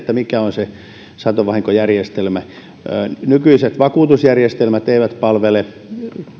mikä on se satovahinkojärjestelmä nykyiset vakuutusjärjestelmät eivät palvele